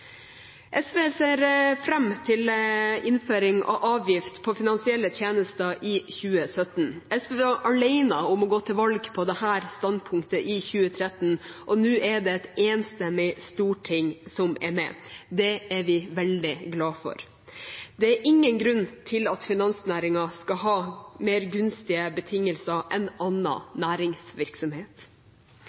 SV ser fram til innføring av avgift på finansielle tjenester i 2017. SV var alene om å gå til valg på dette standpunktet i 2013, og nå er det et enstemmig storting som er med. Det er vi veldig glade for. Det er ingen grunn til at finansnæringen skal ha mer gunstige betingelser enn annen næringsvirksomhet.